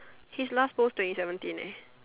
his last post twenty seventeen eh